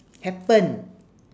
happen